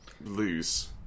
lose